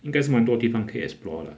应该是蛮多地方可以 explore lah